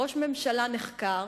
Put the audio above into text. ראש ממשלה נחקר,